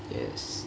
yes